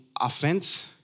offense